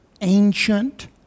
ancient